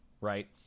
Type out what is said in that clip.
Right